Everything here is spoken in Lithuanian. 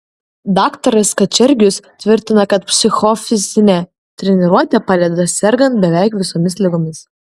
daktaras kačergius tvirtina kad psichofizinė treniruotė padeda sergant beveik visomis ligomis